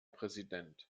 präsident